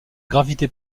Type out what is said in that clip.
gravité